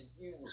use